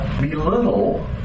belittle